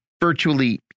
virtually